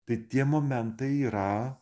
tai tie momentai yra